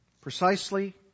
Precisely